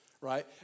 right